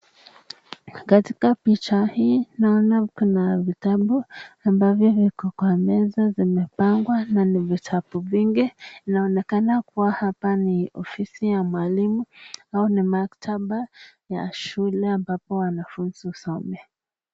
Katika picha hii naona kuna vitabu ambavyo viko kwa meza, vimepangwa na ni vitabu mingi, inaonekana kuwa hapa ni ofisi ya mwalimu au ni maktaba ya shule ambapo wanafunzi usoma.